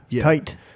Tight